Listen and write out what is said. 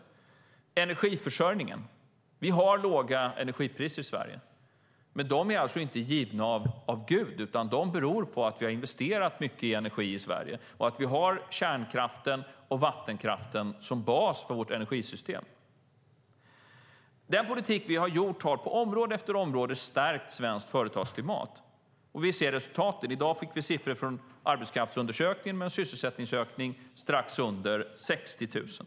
Sedan har vi frågan om energiförsörjningen. Vi har låga energipriser i Sverige. Men de är inte givna av Gud utan de beror på att vi har investerat mycket i energi i Sverige. Kärnkraften och vattenkraften fungerar som bas för vårt energisystem. Den politik vi har fört har på område efter område stärkt svenskt företagsklimat. Vi ser resultaten. I dag fick vi siffror från arbetskraftsundersökningen som visar en sysselsättningsökning strax under 60 000.